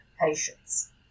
patients